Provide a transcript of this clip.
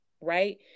right